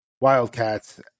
Wildcats